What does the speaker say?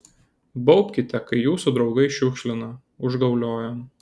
baubkite kai jūsų draugai šiukšlina užgaulioja